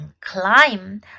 climb